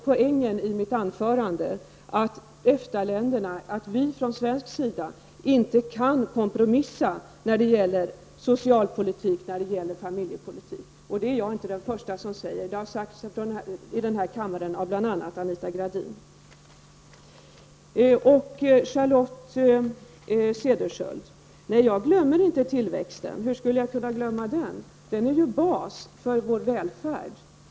Poängen i mitt anförande var att vi från svensk sida inte kan kompromissa när det gäller socialpolitik och familjepolitik. Jag är inte den första som säger detta. Det har sagts i denna kammare av bl.a. Anita Nej, Charlotte Cederschiöld, jag glömmer inte tillväxten. Hur skulle jag kunna glömma den? Den är basen för vår välfärd.